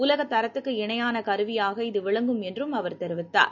உலக தரத்துக்கு இணையான கருவியாக இது விளங்கும் என்றும் அவர் தெரிவித்தார்